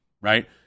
right